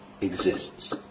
exists